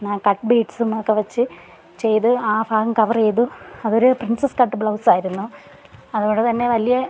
കഡ് ബീഡ്സും ഒക്കെ വെച്ച് ചെയ്ത് ആ ഭാഗം കവറ് ചെയ്തു അതൊരു പ്രിൻസസ് കട്ട് ബ്ലൗസായിരുന്നു അതോടെതന്നെ വലിയ